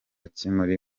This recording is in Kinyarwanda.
kiri